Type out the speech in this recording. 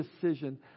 decision